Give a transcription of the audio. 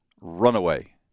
runaway